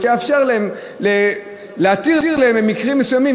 שיאפשר להם במקרים מסוימים,